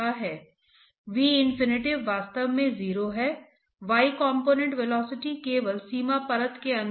र तापमान प्रोफ़ाइल प्राप्त करें तापमान प्रोफ़ाइल प्राप्त करें